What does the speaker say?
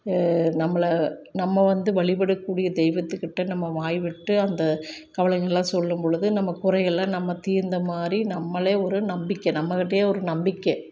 நம்மளை நம்ம வந்து வழிபடக்கூடிய தெய்வத்துக்கிட்ட நம்ம வாய் விட்டு அந்த கவலைகள்லாம் சொல்லும் பொழுது நம்ம குறைகள்லாம் நம்ம தீர்ந்த மாதிரி நம்மளே ஒரு நம்பிக்கை நம்மக்கிட்டயே ஒரு நம்பிக்கை